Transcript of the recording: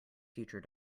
future